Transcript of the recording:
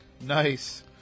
nice